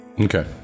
Okay